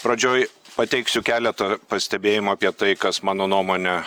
pradžioj pateiksiu keletą pastebėjimų apie tai kas mano nuomone